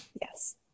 yes